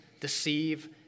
deceive